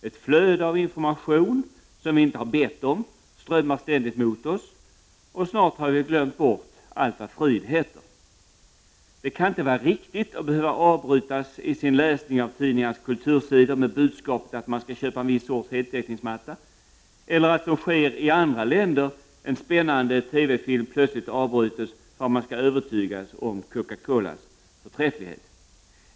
Ett flöde av information som vi inte har bett om strömmar ständigt mot oss och snart har vi väl glömt allt vad frid heter. Det kan inte vara riktigt att behöva avbrytas i sin läsning av tidningarnas kultursidor med budskapet att man skall köpa en viss sorts heltäckningsmatta eller att, som sker i andra länder, en spännande TV film plötsligt avbryts för att man skall övertygas om Coca-Colas förträfflighet.